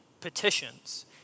petitions